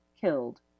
killed